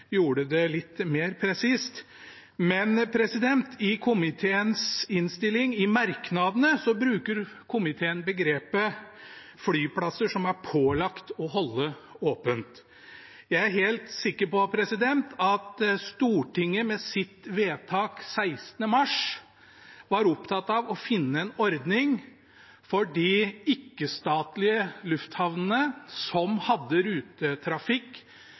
gjorde det litt mer presist. Men i komiteens innstilling, i merknadene, bruker komiteen begrepet «flyplasser som er pålagt å holde åpent». Jeg er helt sikker på at Stortinget med sitt vedtak 16. mars var opptatt av å finne en ordning for de ikke-statlige lufthavnene som